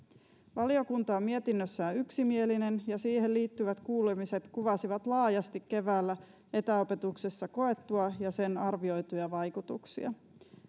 valiokunta on mietinnössään yksimielinen ja siihen liittyvät kuulemiset kuvasivat laajasti keväällä etäopetuksessa koettuja ja sen arvioituja vaikutuksia